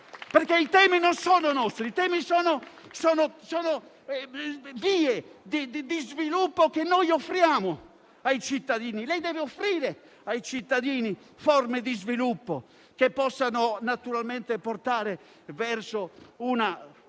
perché i temi non sono nostri; sono vie di sviluppo che offriamo ai cittadini. Lei deve offrire ai cittadini forme di sviluppo che possano naturalmente portare verso una